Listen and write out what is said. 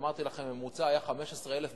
אמרתי לכם, הממוצע היה 15,000 בשנה.